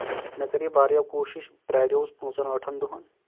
مےٚ کَرے واریاہ کوٗشش بہٕ پیاروس پانٛژن ٲٹھن دۄہن